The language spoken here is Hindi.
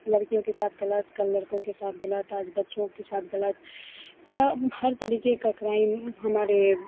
लड़कियों के साथ गलत कल लड़कों के साथ गलत आज बच्चों के साथ गलत हर तरीके का क्राइम हमारे